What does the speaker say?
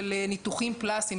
של ניתוחים פלסטיים,